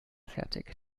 fertig